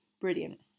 brilliant